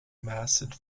masted